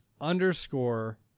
underscore